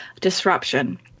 disruption